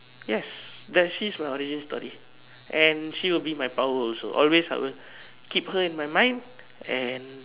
yes that she is my origin story and she will be in my power also always have her keep her in my mind and